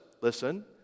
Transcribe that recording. listen